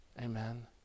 amen